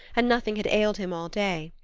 and nothing had ailed him all day.